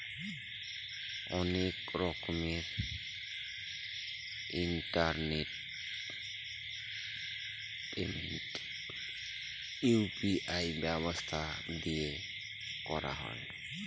অনেক রকমের internet payment UPI ব্যবস্থা দিয়ে করা হয়